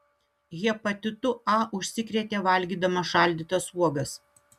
hepatitu a užsikrėtė valgydama šaldytas uogas